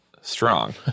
strong